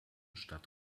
stadt